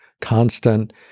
constant